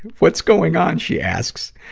what's going on? she asks.